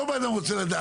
אני לא מכיר דברים כאלה.